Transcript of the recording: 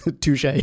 touche